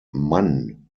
mann